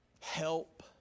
help